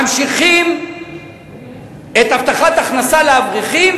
ממשיכים את הבטחת ההכנסה לאברכים,